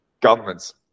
governments